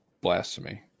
blasphemy